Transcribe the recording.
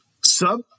Sub